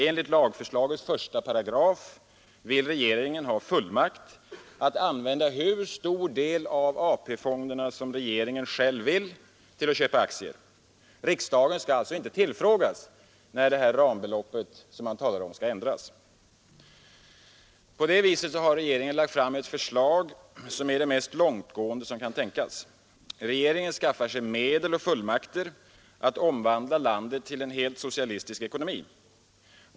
Enligt lagförslagets 1 § vill regeringen ha fullmakt att använda hur stor del av AP-fonderna som regeringen själv önskar till att köpa aktier. Riksdagen skall alltså inte tillfrågas när det rambelopp som finansministern talar om skall ändras. På det sättet har regeringen lagt fram ett förslag som är det mest långtgående som kan tänkas. Regeringen skaffar sig medel och fullmakter att omvandla landet till en helt socialistisk ekonomi.